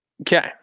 Okay